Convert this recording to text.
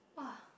!wah!